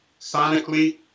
sonically